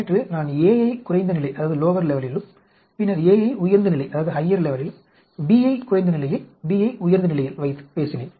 நேற்று நான் a யை குறைந்த நிலையில் பின்னர் a யை உயர்ந்த நிலையில் b யை குறைந்த நிலையில் b யை உயர்ந்த நிலையில் வைத்து பேசினேன்